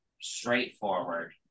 straightforward